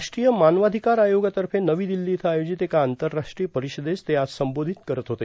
राष्ट्रीय मानवाधिकार आयोगातर्फे नवी दिल्ली इथं आयोजित एका आंतरराष्ट्रीय परिषदेस ते आज संबोधित करत होते